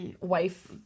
wife